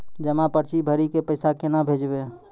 जमा पर्ची भरी के पैसा केना भेजबे?